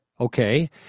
okay